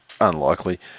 Unlikely